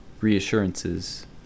reassurances